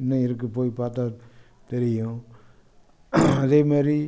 இன்னும் இருக்கு போய் பார்த்தா தெரியும் அதேமாதிரி